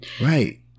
Right